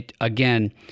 again